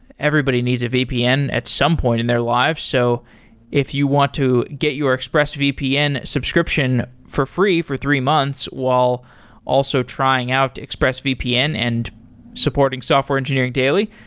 everybody needs a vpn at some point in their lives. so if you want to get your expressvpn subscription for free for three months while also trying out expressvpn and supporting software engineering daily,